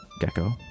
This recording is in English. Gecko